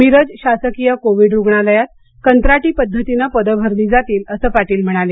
मिरज शासकीय कोविड रुग्णालयात कत्राटी पद्धतीनं पदं भरली जातील असं पाटील म्हणाले